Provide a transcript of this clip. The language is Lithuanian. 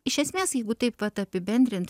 iš esmės jeigu taip vat apibendrint